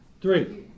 three